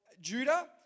Judah